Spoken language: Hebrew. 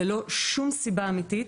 ללא שום סיבה אמיתית,